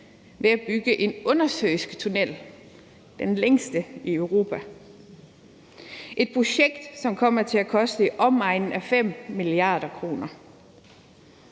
ved at bygge en undersøisk tunnel, den længste i Europa. Det er et projekt, som kommer til at koste i omegnen af 5 mia. kr.